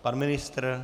Pan ministr?